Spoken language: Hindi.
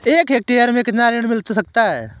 एक हेक्टेयर में कितना ऋण मिल सकता है?